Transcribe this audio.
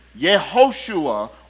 Yehoshua